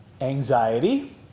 anxiety